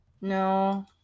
No